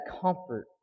comfort